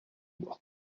bois